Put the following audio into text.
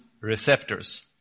receptors